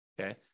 Okay